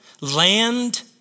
Land